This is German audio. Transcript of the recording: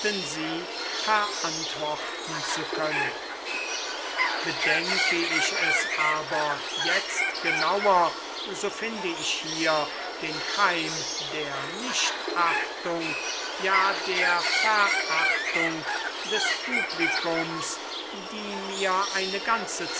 verantworten zu können bedenke ich es aber jetzt genauer so finde ich hier den keim der nichtachtung ja der verachtung des publikums die mir eine ganze